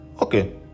okay